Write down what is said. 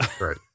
right